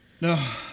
No